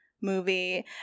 movie